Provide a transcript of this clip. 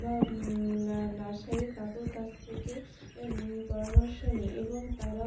বা নার্সারির কাকুর কাছ থেকে পরামর্শ নিই এবং তারাও